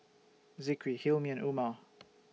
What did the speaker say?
Zikri Hilmi and Umar